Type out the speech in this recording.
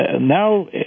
Now